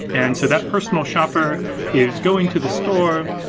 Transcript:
and so that personal shopper is going to the store,